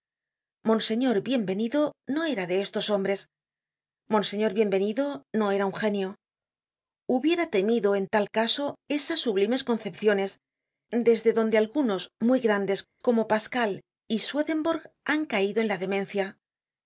monseñor bienve nido no era de estos hombres monseñor bienvenido no era un genio hubiera temido en tal caso esas sublimes concepciones desde donde algunos muy grandes como pascal y swedenborg han caido en la demencia es